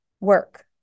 work